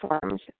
forms